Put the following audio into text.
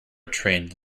trained